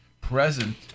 present